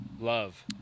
Love